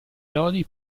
lodi